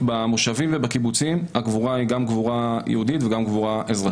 במושבים ובקיבוצים הקבורה היא גם קבורה יהודית וגם קבורה אזרחית.